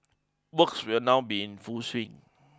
works will now be in full swing